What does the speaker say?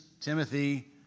Timothy